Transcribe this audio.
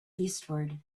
eastward